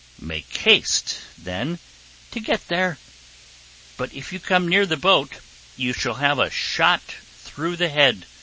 make haste then to get there but if you come near the boat you shall have a shot through the head,